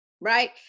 Right